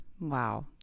Wow